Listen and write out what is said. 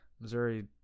Missouri